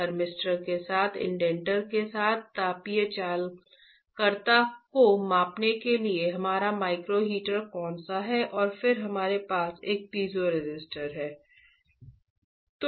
thermistor के साथ indenter के साथ तापीय चालकता को मापने के लिए हमारा माइक्रो हीटर कौन सा है और फिर हमारे पास एक पीज़ोरेसिस्टर है